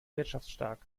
wirtschaftsstark